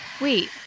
wait